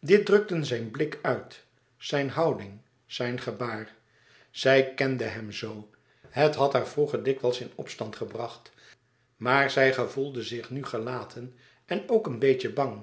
dit drukten zijn blik uit zijn houding zijn gebaar zij kende hem zoo het had haar vroeger dikwijls in opstand gebracht maar zij gevoelde zich nu gelaten en ook een beetje bang